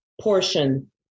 portion